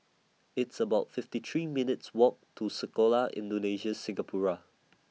It's about fifty three minutes' Walk to Sekolah Indonesia Singapura